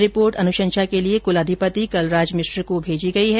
report अनुशंषा के लिए कुलाधिपति कलराज मिश्र को भेजी गई है